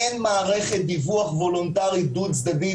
אין מערכת דיווח וולנטרית דו צדדית,